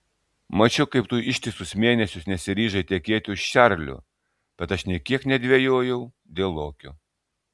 mačiau kaip tu ištisus mėnesius nesiryžai tekėti už čarlio bet aš nė kiek nedvejojau dėl lokio